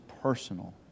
personal